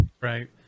right